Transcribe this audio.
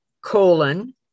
colon